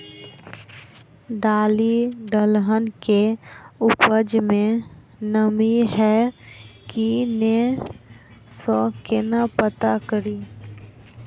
दालि दलहन केँ उपज मे नमी हय की नै सँ केना पत्ता कड़ी?